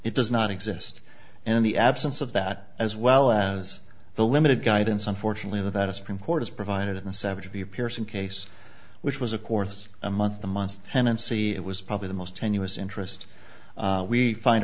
it does not exist in the absence of that as well as the limited guidance unfortunately that a supreme court has provided in the seventy appears in case which was of course a month the month tenancy it was probably the most tenuous interest we find